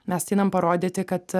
mes ateinam parodyti kad